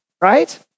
Right